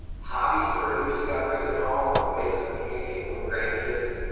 hobbies or new discoveres at home or ways of communicating with grandkids